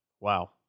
Wow